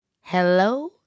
Hello